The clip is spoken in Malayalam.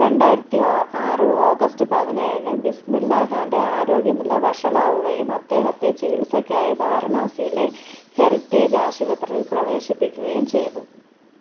രണ്ടായിരത്തി ആ ആറ് ഓഗസ്റ്റ് പതിനേഴിന് ബിസ്മില്ലാ ഖാൻ്റെ ആരോഗ്യനില വഷളാവുകയും അദ്ദേഹത്തെ ചികിത്സയ്ക്കായി വാരണാസിയിലെ ഹെറിറ്റേജ് ആശുപത്രിയിൽ പ്രവേശിപ്പിക്കുകയും ചെയ്തു